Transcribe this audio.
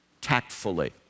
tactfully